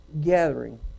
gathering